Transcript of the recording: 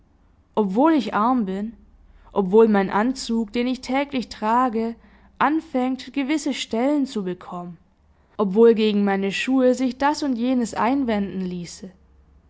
obwohl ich arm bin obwohl mein anzug den ich täglich trage anfängt gewisse stellen zu bekommen obwohl gegen meine schuhe sich das und jenes einwenden ließe